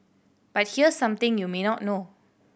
but here's something you may not know